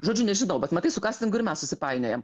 žodžiu nežinau bet matai su kastingu ir mes susipainiojam